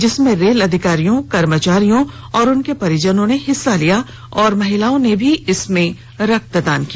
जिसमें रेल अधिकारियों कर्मचारियों और उनके परिजनों ने हिस्सा लिया और महिलाओं ने भी रक्तदान किया